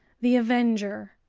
the avenger,